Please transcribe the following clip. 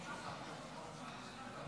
צוהריים טובים.